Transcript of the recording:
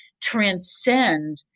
transcend